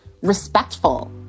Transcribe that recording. respectful